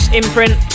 imprint